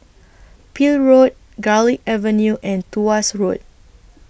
Peel Road Garlick Avenue and Tuas Road